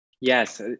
Yes